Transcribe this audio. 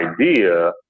idea